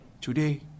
Today